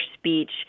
speech